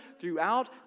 throughout